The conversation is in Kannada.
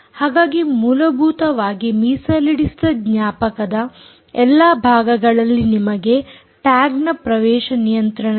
ಹಾಗಾಗಿ ಮೂಲಭೂತವಾಗಿ ಮೀಸಲಿಡಿಸಿದ ಜ್ಞಾಪಕದ ಎಲ್ಲಾ ಭಾಗಗಳಲ್ಲಿ ನಿಮಗೆ ಟ್ಯಾಗ್ನ ಪ್ರವೇಶ ನಿಯಂತ್ರಣವಿದೆ